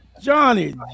Johnny